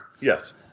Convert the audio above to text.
Yes